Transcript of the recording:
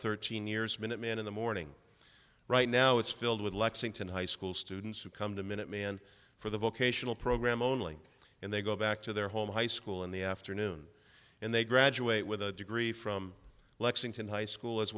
thirteen years minuteman in the morning right now it's filled with lexington high school students who come to minuteman for the vocational program only and they go back to their home high school in the afternoon and they graduate with a degree from lexington high school as